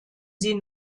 sie